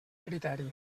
criteri